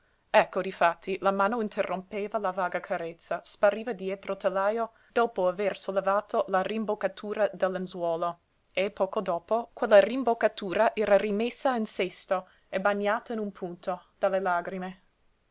ecco difatti la mano interrompeva la vaga carezza spariva dietro il telajo dopo aver sollevato la rimboccatura del lenzuolo e poco dopo quella rimboccatura era rimessa in sesto e bagnata in un punto dalle lagrime